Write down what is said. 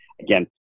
again